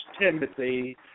Timothy